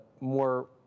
more